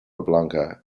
blanca